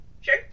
Sure